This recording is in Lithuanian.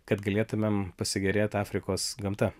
kad galėtumėm pasigėrėt afrikos gamta